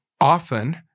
often